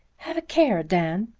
have a care, dan,